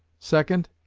second,